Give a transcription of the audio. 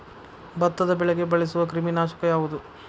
ಭತ್ತದ ಬೆಳೆಗೆ ಬಳಸುವ ಕ್ರಿಮಿ ನಾಶಕ ಯಾವುದು?